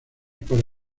por